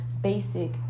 basic